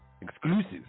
Exclusive